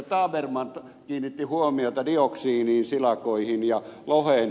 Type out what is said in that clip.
tabermann kiinnitti huomiota dioksiiniin silakoihin ja loheen